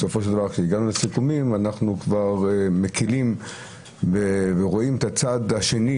בסופו של דבר כשהגענו לסיכומים אנחנו כבר מקלים ורואים את הצד השני,